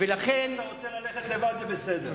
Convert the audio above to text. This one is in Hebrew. אם אתה רוצה ללכת לבד, זה בסדר.